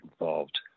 involved